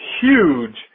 huge